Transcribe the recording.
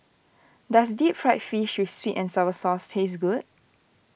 does Deep Fried Fish with Sweet and Sour Sauce taste good